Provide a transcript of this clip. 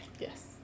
Yes